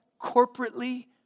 corporately